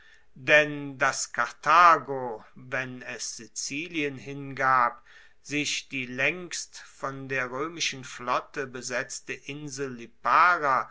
denn dass karthago wenn es sizilien hingab sich die laengst von der roemischen flotte besetzte insel lipara